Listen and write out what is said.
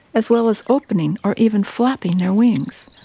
as well as opening or even flapping their wings,